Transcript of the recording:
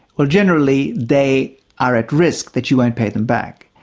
well generally they are at risk that you won't pay them back.